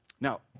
Now